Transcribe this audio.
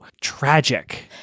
tragic